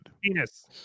penis